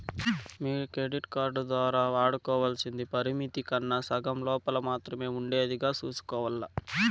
మీ credit card దోరా వాడుకోవల్సింది పరిమితి కన్నా సగం లోపల మాత్రమే ఉండేదిగా సూసుకోవాల్ల